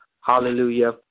hallelujah